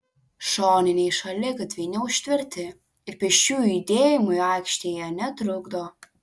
šoniniai šaligatviai neužtverti ir pėsčiųjų judėjimui aikštėje netrukdo